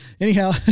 Anyhow